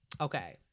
Okay